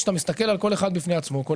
כשאתה מסתכל על כל אחד בפני עצמו כל